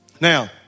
Now